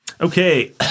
Okay